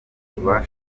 kuva